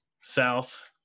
South